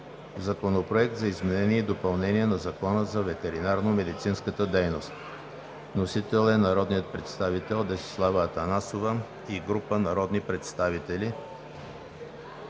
Законопроект за изменение и допълнение на Закона за ветеринарномедицинската дейност. Внесен е от народния представител Десислава Атанасова и група народни представители.